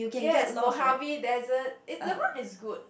yes Mojave desert it the one is good